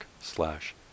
slash